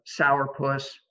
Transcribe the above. sourpuss